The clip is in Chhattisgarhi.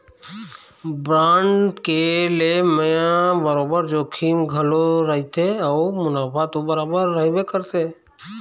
बांड के लेय म बरोबर जोखिम घलोक रहिथे अउ मुनाफा तो बरोबर रहिबे करथे